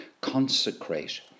consecrate